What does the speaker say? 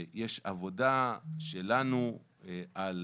ישנה עבודה שלנו על